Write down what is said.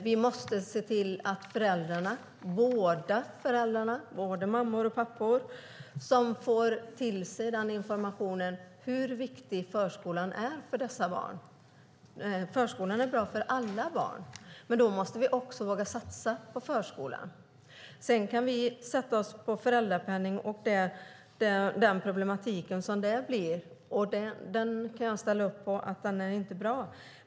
Vi måste se till att båda föräldrarna, både mammor och pappor, får information om hur viktig förskolan är för dessa barn. Förskolan är bra för alla barn. Men då måste vi också våga satsa på förskolan. Sedan kan vi diskutera den problematik som uppstår när det gäller föräldrapenningen. Jag kan ställa mig bakom att det inte är bra.